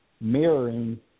mirroring